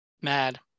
Mad